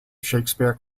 shakespeare